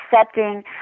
accepting